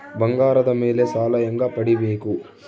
ಬಂಗಾರದ ಮೇಲೆ ಸಾಲ ಹೆಂಗ ಪಡಿಬೇಕು?